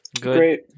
great